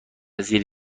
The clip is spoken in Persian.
زیر